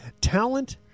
Talent